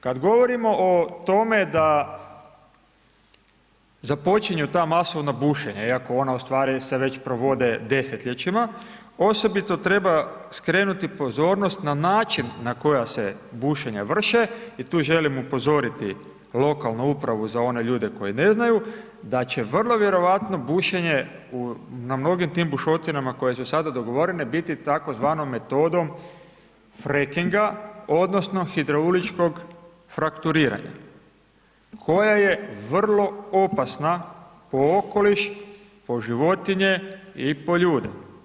Kad govorimo o tome da započinju ta masovna bušenja iako ona u stvari se već provode desetljećima, osobito treba skrenuti pozornost na način na koja se bušenja vrše i tu želim upozoriti lokalnu upravu za one ljude koji ne znaju da će vrlo vjerojatno bušenje na mnogim tim bušotinama koje su sada dogovorene biti tako zvanom metodom fracking-a odnosno hidrauličkog frakturiranja koja je vrlo opasna po okoliš, po životinje i po ljude.